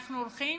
אנחנו הולכים,